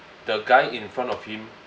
the guy in front of him